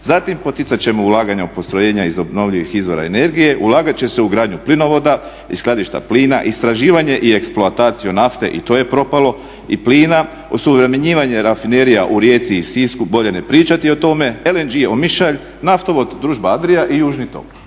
Zatim poticat ćemo ulaganja u postrojenja iz obnovljivih izvora energije, ulagat će se u gradnju plinovoda i skladišta plina, istraživanje i eksploataciju nafte i to je propalo i plina, osuvremenjivanje rafinerija u Rijeci i Sisku bolje ne pričati o tome, ELG Omišalj, naftovod Družba ADRIA i južni tok."